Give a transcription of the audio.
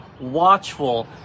watchful